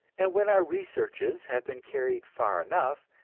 and when our researches have been carried far enough,